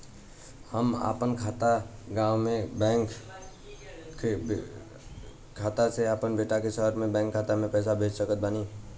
हम अपना गाँव के बैंक खाता से अपना बेटा के शहर के बैंक खाता मे पैसा कैसे भेज सकत बानी?